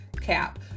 cap